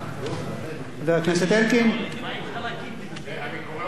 אני קורא אותך לסדר, אדוני היושב-ראש.